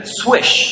swish